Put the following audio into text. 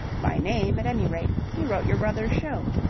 by name, at any rate. he wrote your brother's show.